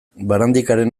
barandikaren